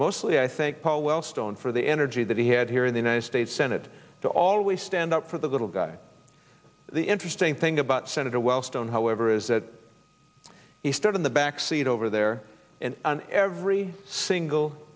mostly i think paul wellstone for the energy that he had here in the united states senate to always stand up for the little guy the interesting thing about senator wellstone however is that he stood in the back seat over there and every single